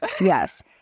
Yes